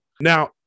Now